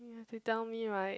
you have to tell me right